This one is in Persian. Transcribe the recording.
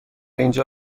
اینجا